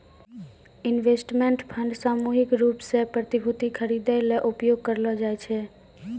investment fund सामूहिक रूप सें प्रतिभूति खरिदै ल उपयोग करलो जाय छै